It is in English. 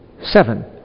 Seven